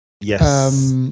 Yes